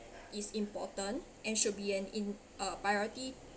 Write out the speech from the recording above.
is important and should be an in uh priority